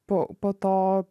po po to